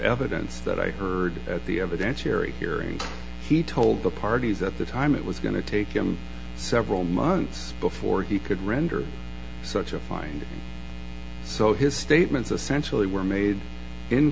evidence that i heard that the evidence cherry kerry he told the parties at the time it was going to take him several months before he could render such a find so his statements essentially were made in